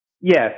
Yes